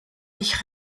sich